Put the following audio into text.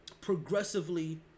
progressively